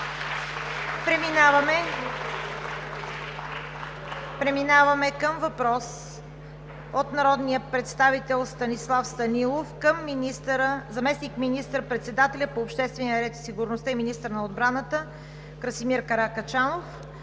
Преминаваме към въпрос от народния представител Станислав Станилов към заместник министър-председателя по обществения ред и сигурността и министър на отбраната Красимир Каракачанов.